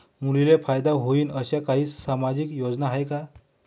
मुलींले फायदा होईन अशा काही सामाजिक योजना हाय का?